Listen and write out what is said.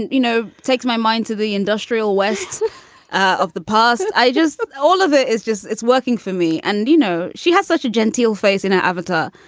you know, takes my mind to the industrial west of the past. i just. all of it is just it's working for me and, you know, she has such a genteel face in an avatar.